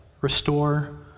restore